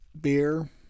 beer